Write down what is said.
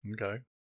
Okay